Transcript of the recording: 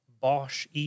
Bosch